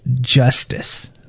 justice